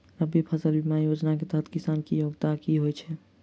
रबी फसल बीमा योजना केँ तहत किसान की योग्यता की होइ छै?